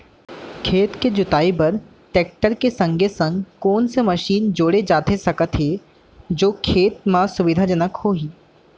खेत के जुताई बर टेकटर के संगे संग कोन कोन से मशीन जोड़ा जाथे सकत हे जो खेती म सुविधाजनक होही?